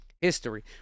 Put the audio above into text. history